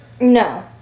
No